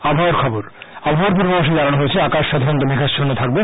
আবহাওয়া আবহাওয়ার পূর্বাভাসে জানানো হয়েছে আকাশ সাধারনত মেঘাচ্ছল্ল থাকবে